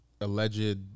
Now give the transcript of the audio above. Alleged